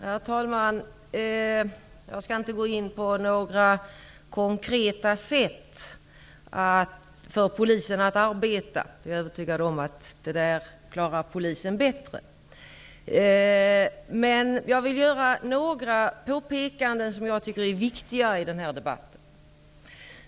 Herr talman! Jag skall inte konkret gå in på polisens sätt att arbeta. Jag är övertygad om att polisen klarar det bättre. Jag vill dock göra några påpekanden som jag tycker är viktiga i den här debatten.